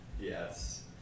Yes